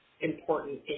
important